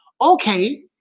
Okay